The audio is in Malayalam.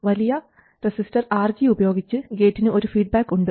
ഒരു വലിയ റെസിസ്റ്റർ RG ഉപയോഗിച്ച് ഗേറ്റിന് ഒരു ഫീഡ്ബാക്ക് ഉണ്ട്